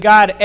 God